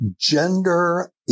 Gender